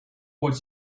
what